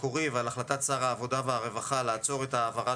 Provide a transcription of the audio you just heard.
המקורי ועל החלטת שר העבודה והרווחה לעצור את ההעברה